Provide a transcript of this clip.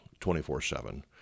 24-7